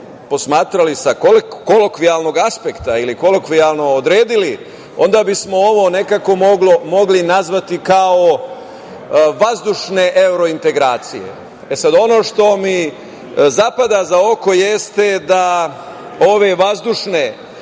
posmatrali sa kolokvijalnog aspekta ili kolokvijalno odredili, onda bismo ovo nekako mogli nazvati kao vazdušne evro integracije. Sada, ono što mi zapada za oko jeste da ove vazdušne